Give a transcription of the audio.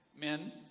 men